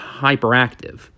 hyperactive